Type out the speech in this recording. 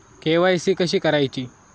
KYC कशी करायची?